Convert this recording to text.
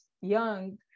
young